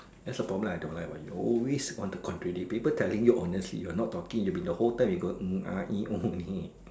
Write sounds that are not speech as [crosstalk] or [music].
that's a problem I don't like about you you always want to contradict people telling you honestly you're not talking you been the whole time you go [noise]